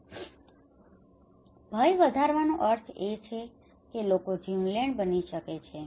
ફક્ત ભય વધારવાનો અર્થ છે કે લોકો જીવલેણ બની શકે છે